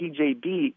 TJB